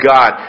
God